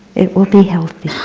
it will be healthy.